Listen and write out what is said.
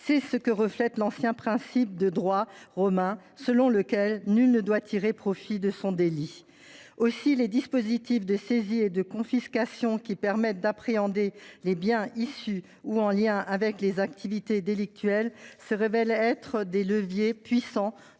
pénale. Selon l’ancien principe de droit romain, nul ne doit tirer profit de son délit. Aussi, les dispositifs de saisie et de confiscation qui permettent d’appréhender les biens issus ou en lien avec des activités délictuelles sont des leviers puissants